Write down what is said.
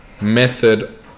method